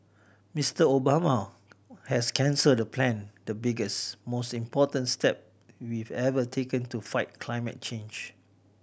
Mister Obama has canceled the plan the biggest most important step we've ever taken to fight climate change